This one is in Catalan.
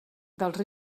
dels